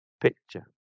picture